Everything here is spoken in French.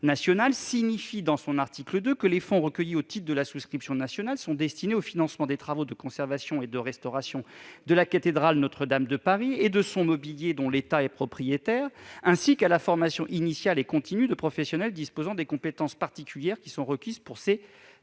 en partie, avec l'article 2 :« Les fonds recueillis au titre de la souscription nationale sont destinés au financement des travaux de conservation et de restauration de la cathédrale Notre-Dame de Paris et de son mobilier, dont l'État est propriétaire, ainsi qu'à la formation initiale et continue de professionnels disposant des compétences particulières qui sont requises pour ces